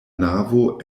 navo